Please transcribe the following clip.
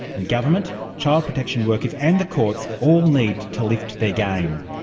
and government, child protection workers and the courts all need to lift their game.